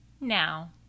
Now